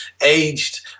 aged